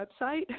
website